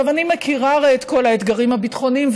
אני הרי מכירה את כל האתגרים הביטחוניים,